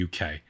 UK